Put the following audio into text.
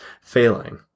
failing